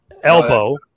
elbow